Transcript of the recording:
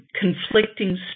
conflicting